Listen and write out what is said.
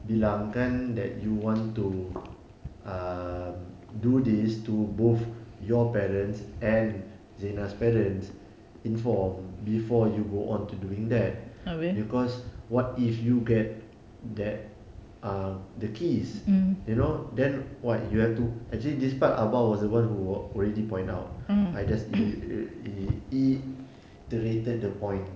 bilang kan that you want to um do this to both your parents and zina's parents inform before you go on to doing that because what if you get that err the keys you know then what you have to actually this part abah was the one who ah already point out I just irr~ reiterated the point